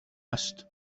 است